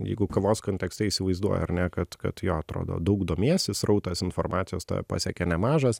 jeigu kavos kontekste įsivaizduoja ar ne kad kad jo atrodo daug domiesi srautas informacijos tave pasiekia nemažas